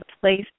place